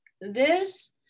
This-